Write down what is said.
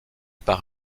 par